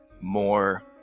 more